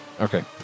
Okay